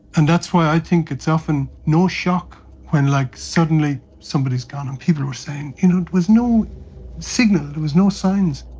and that's why i think it's often no shock when like suddenly somebody is gone. and people were saying, you know, there was no signal, there was no signs.